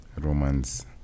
Romance